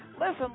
Listen